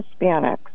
Hispanics